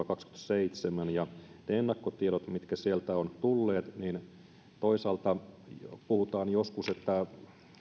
kaksikymmentäseitsemän niiden ennakkotietojen mukaan mitkä sieltä ovat tulleet toisaalta puhutaan joskus että